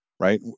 Right